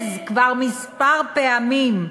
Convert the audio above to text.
רומז כבר כמה פעמים,